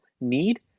need